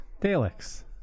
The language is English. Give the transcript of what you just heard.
Daleks